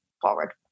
forward